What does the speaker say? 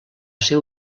ser